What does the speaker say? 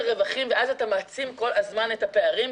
רווחים ואז אתה מעצים כל הזמן את הפערים.